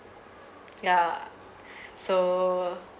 yeah so